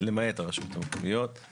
למעט הרשויות המקומיות,